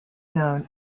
known